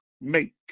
make